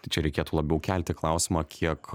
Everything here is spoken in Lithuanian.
tai čia reikėtų labiau kelti klausimą kiek